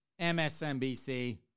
MSNBC